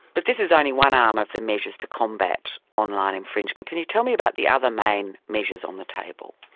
but this is only one arm of the measures to combat online infringement. can you tell me about the other main measures on the table?